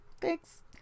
Thanks